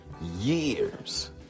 years